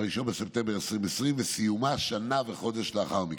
ב-1 בספטמבר 2020 וסיומה שנה וחודש לאחר מכן.